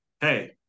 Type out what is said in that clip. hey